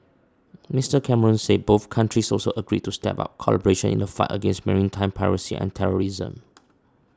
Mister Cameron said both countries also agreed to step up collaboration in the fight against maritime piracy and terrorism